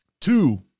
Two